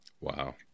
Wow